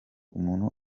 umuntu